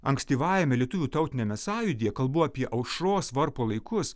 ankstyvajame lietuvių tautiniame sąjūdyje kalbu apie aušros varpo laikus